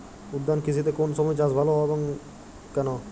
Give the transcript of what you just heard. উদ্যান কৃষিতে কোন সময় চাষ ভালো হয় এবং কেনো?